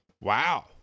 Wow